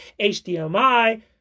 HDMI